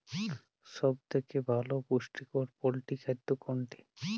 সব থেকে ভালো পুষ্টিকর পোল্ট্রী খাদ্য কোনটি?